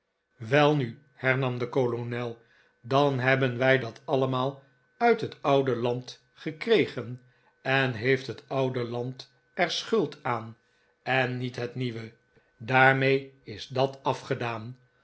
welnu hernam de kolonel dan hebben wij dat allemaal uit het oude land ge kregen en heeft het oude land er schuld aan en niet het nieuwe daarmee is dat afgedaan